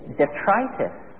detritus